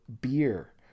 beer